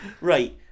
Right